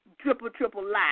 triple-triple-lie